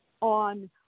on